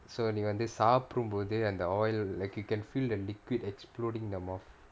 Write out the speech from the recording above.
so நீ வந்து சாப்டும் போது அந்த:nee vanthu saapdum pothu antha oil like you can feel the liquid exploding in your mouth